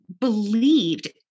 believed